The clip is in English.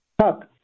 Talk